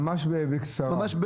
ממש בקצרה,